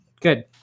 Good